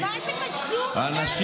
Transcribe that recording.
מה קשור "אלה"?